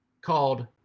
called